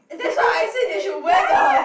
that's why I said they should wear the